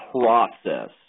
process